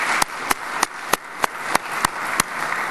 (מחיאות כפיים)